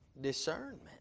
discernment